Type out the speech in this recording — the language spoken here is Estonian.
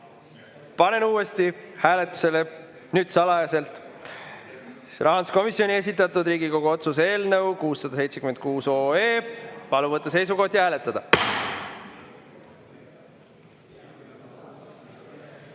Panen uuesti hääletusele, nüüd salajaselt, rahanduskomisjoni esitatud Riigikogu otsuse eelnõu 676. Palun võtta seisukoht ja hääletada!